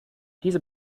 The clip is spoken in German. diese